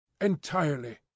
Entirely